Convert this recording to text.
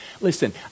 Listen